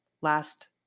last